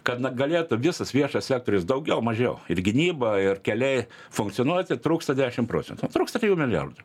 kada na galėtų visas viešas sektorius daugiau mažiau ir gynyba ir keliai funkcionuoti trūksta dešim procentų trūksta trijų milijardų